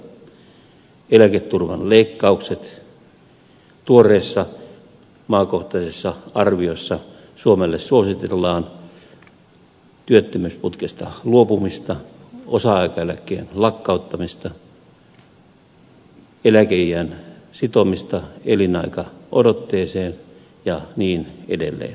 tuoreessa maakohtaisessa arviossa suomelle suositellaan työttömyysputkesta luopumista osa aikaeläkkeen lakkauttamista eläkeiän sitomista elinaikaodotteeseen ja niin edelleen